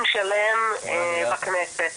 ומה שהם צריכים לעשות בעצם זה ללמוד על משבר האקלים בעצמם.